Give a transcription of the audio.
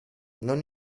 non